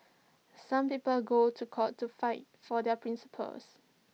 some people go to court to fight for their principles